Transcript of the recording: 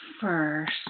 first